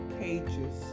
pages